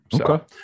Okay